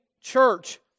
church